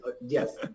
yes